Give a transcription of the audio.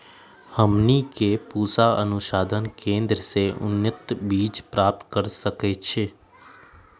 हमनी के पूसा अनुसंधान केंद्र से उन्नत बीज प्राप्त कर सकैछे?